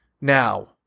Now